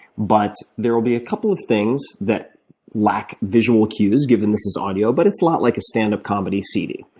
but there will be a couple of things that lack visual cues given this is audio, but it's a lot like a stand-up comedy cd.